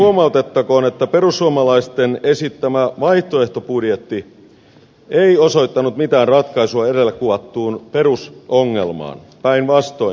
huomautettakoon että perussuomalaisten esittämä vaihtoehtobudjetti ei osoittanut mitään ratkaisua edellä kuvattuun perusongelmaan päinvastoin